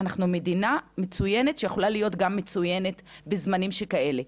אנחנו מדינה מצוינת שיכולה להיות גם מצוינת בזמנים שכאלה,